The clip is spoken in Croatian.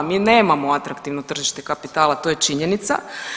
Mi nemamo atraktivno tržište kapitala, to je činjenica.